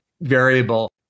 variable